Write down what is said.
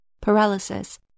paralysis